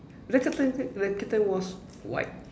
the kitten was white